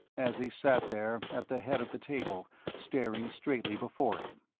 as he sat there at the head of the table, staring straightly before him.